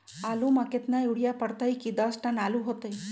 आलु म केतना यूरिया परतई की दस टन आलु होतई?